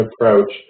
approach